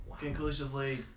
Conclusively